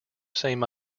same